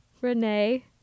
Renee